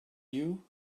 you